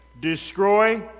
Destroy